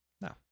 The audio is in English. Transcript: No